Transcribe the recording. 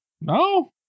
no